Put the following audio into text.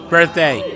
Birthday